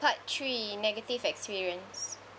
part three negative experience